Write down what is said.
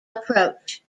approach